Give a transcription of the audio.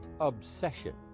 obsession